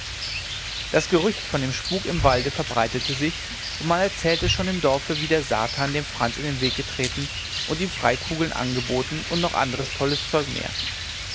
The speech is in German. das gerücht von dem spuk im walde verbreitete sich und man erzählte schon im dorfe wie der satan dem franz in den weg getreten und ihm freikugeln angeboten und noch anderes tolles zeug mehr